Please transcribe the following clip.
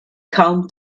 kaum